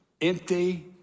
empty